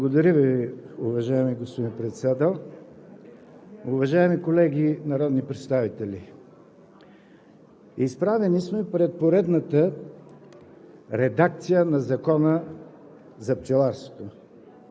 Благодаря Ви, уважаеми господин Председател. Уважаеми колеги народни представители! Изправени сме пред поредната редакция на Закона за пчеларството.